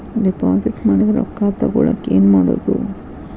Deposit ಮಾಡಿದ ರೊಕ್ಕ ತಗೋಳಕ್ಕೆ ಏನು ಮಾಡೋದು?